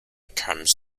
comes